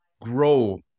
grow